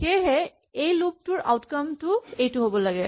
সেয়েহে এই লুপটোৰ আউটকাম টো এইটো হ'ব লাগে